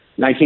19